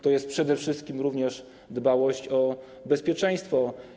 To jest przede wszystkim również dbałość o bezpieczeństwo.